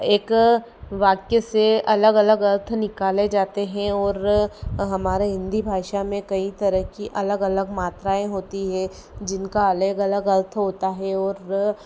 एक वाक्य से अलग अलग अर्थ निकाले जा सकते है हमारे हिंदी भाषा में अलग अलग मात्राएँ होती है जिनका अलग अलग अर्थ होता है और